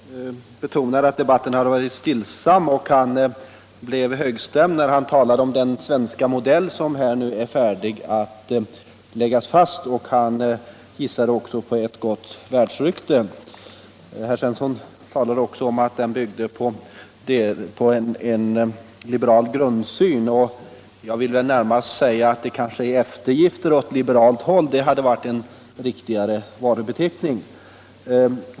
Herr talman! Herr Svensson i Eskilstuna betonade att debatten varit stillsam, och han blev högstämd när han talade om den svenska modell som är färdig att fastläggas. Han gissade även på ett gott världsrykte. Herr Svensson talade också om att den byggde på en liberal grundsyn. Jag vill närmast säga att eftergifter åt liberalt håll kanske varit riktigare varubeteckning.